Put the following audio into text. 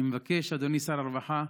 אני מבקש, אדוני שר הרווחה,